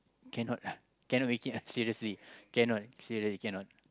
cannot lah cannot make it lah seriously cannot seriously cannot